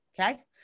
Okay